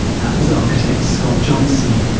that was architect scott johnson.